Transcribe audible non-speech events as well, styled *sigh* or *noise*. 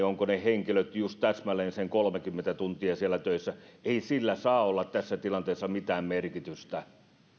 *unintelligible* ovatko ne henkilöt just täsmälleen sen kolmekymmentä tuntia siellä töissä ei saa olla tässä tilanteessa mitään merkitystä